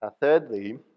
thirdly